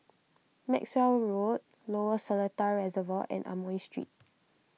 Maxwell Road Lower Seletar Reservoir and Amoy Street